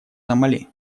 сомали